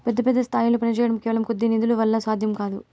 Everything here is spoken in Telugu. పెద్ద పెద్ద స్థాయిల్లో పనిచేయడం కేవలం కొద్ది నిధుల వల్ల సాధ్యం కాదు